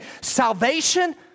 Salvation